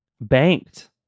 banked